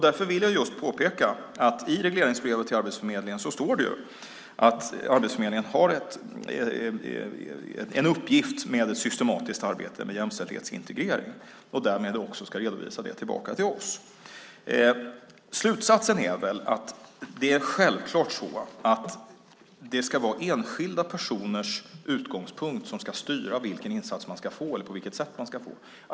Därför vill jag påpeka att i regleringsbrevet till Arbetsförmedlingen står det att Arbetsförmedlingen har i uppgift att systematiskt arbeta med jämställdhetsintegrering och därmed också redovisa det tillbaka till oss. Slutsatsen är att det självklart ska vara enskilda personers utgångspunkt som ska styra vilken insats man ska få eller på vilket sätt man ska få den.